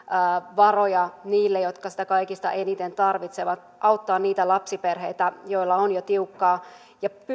varoja nimenomaan niille jotka niitä kaikista eniten tarvitsevat auttaa niitä lapsiperheitä joilla on jo tiukkaa ja